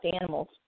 animals